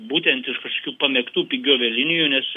būtent iš kažkokių pamėgtų pigių avialinijų nes